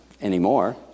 anymore